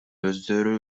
өздөрү